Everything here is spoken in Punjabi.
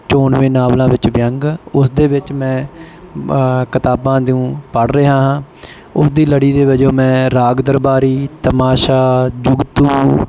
ਚੋਣਵੇਂ ਨਾਵਲਾਂ ਵਿੱਚ ਵਿਅੰਗ ਉਸਦੇ ਵਿੱਚ ਮੈਂ ਕਿਤਾਬਾਂ ਨੂੰ ਪੜ੍ਹ ਰਿਹਾ ਹਾਂ ਉਸ ਦੀ ਲੜੀ ਦੇ ਵਜੋਂ ਮੈਂ ਰਾਗ ਦਰਬਾਰੀ ਤਮਾਸ਼ਾ ਜੁਗਤੋਂ